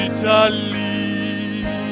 Italy